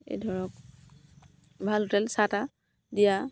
এই ধৰক ভাল হোটেল চাহ তা দিয়া